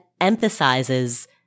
emphasizes-